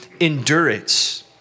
endurance